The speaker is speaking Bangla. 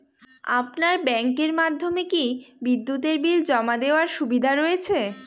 আপনার ব্যাংকের মাধ্যমে কি বিদ্যুতের বিল জমা দেওয়ার সুবিধা রয়েছে?